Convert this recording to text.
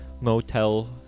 motel